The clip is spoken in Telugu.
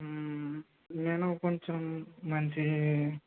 నేను కొంచెం మంచి